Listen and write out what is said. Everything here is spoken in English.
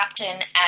captain